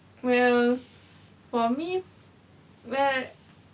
well for me where